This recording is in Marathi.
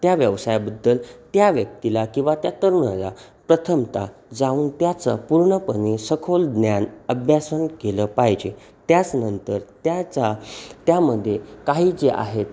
त्या व्यवसायाबद्दल त्या व्यक्तीला किंवा त्या तरुणाला प्रथमतः जाऊन त्याचं पूर्णपणे सखोल ज्ञान अभ्यासन केलं पाहिजे त्याचनंतर त्याचा त्यामध्ये काही जे आहेत